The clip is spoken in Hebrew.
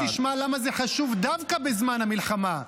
אז בוא תשמע למה זה חשוב דווקא בזמן המלחמה,